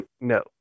No